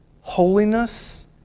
Holiness